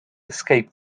escape